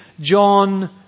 John